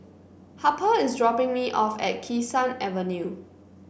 Harper is dropping me off at Kee Sun Avenue